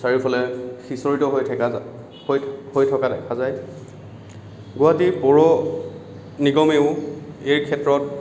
চাৰিওফালে সিঁচৰতি হৈ থকা হৈ হৈ থকা দেখা যায় গুৱাহাটী পৌৰ নিগমেও এই ক্ষেত্ৰত